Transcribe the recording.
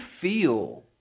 feel